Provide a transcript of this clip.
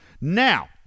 Now